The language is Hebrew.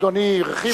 אדוני הרחיב על כך.